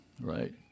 Right